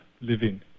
living